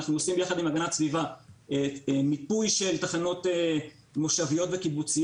ואנחנו עושים יחד עם הגנת הסביבה מיפוי של תחנות מושביות וקיבוציות,